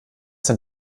sind